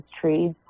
trees